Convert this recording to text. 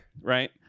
right